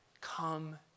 Come